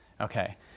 Okay